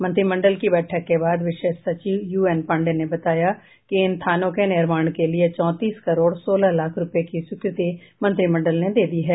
मंत्रिमंडल की बैठक के बाद विशेष सचिव यूएनपांडेय ने बताया कि इन थानों के निर्माण के लिए चौतीस करोड़ सोलह लाख रूपये की स्वीकृति मंत्रिमंडल ने दे दी है